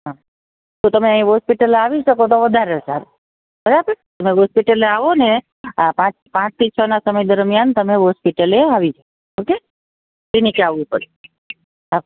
હઁ તો તમે એ હોસ્પિટલ આવી શકો તો વધારે સારું બરાબર હોસ્પિટલ આવોને આ પાંચ પાંચ સામે દરમિયાન તમે હોસ્પિટલે આવી જજો ઓકે એને કે આવવું પડશે હા